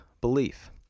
belief